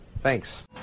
Thanks